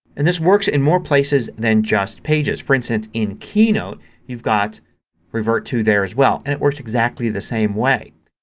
and this works in more places than just pages. for instance in keynote you've got revert to there as well and it works exactly the same way.